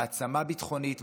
מעצמה ביטחונית,